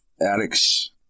addicts